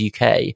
uk